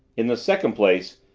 in the second place,